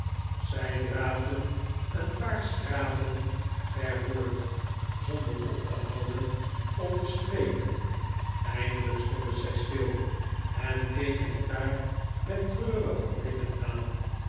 zij draafden een paar straten ver voort zonder op te houden of te spreken eindelijk stonden zij stil en keken elkaar met treurige blikken aan